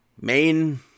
Main